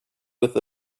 with